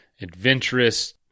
adventurous